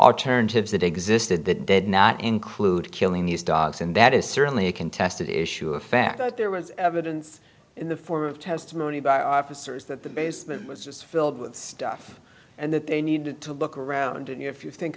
alternatives that existed that did not include killing these dogs and that is certainly a contested issue of fact that there was evidence in the form of testimony by officers that was just filled with stuff and that they need to look around and if you think